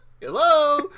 hello